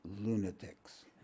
lunatics